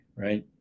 Right